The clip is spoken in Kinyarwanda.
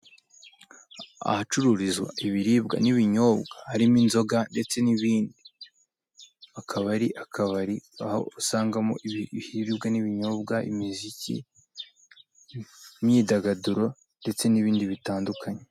Ahacururizwa ibiribwa n'ibinyobwa harimo inzoga ndetse n'ibindi, hakaba ari akabari aho usangamo ibiribwa n'ibinyobwa, imiziki, imyidagaduro ndetse n'ibindi bitandukanye.